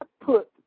put